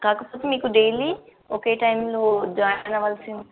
కాకపోతే మీకు డైలీ ఒకే టైంలో జాయిన్ అవాల్సిన